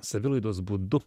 savilaidos būdu